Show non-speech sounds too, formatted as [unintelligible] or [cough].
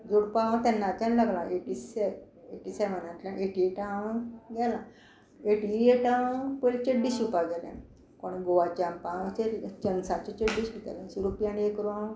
जोडपा हांव तेन्नाच्यान लागलां एटी सॅ एटी सॅवॅनांतल्यान एटी एटां हांव गेलां एटी एट हांव पयलीं चेड्डी शिंवपाक गेलें कोण गोवा चांपा [unintelligible] चंग्साचे चड्डी शिंवतालें अशें रुपयान हें करूं हांव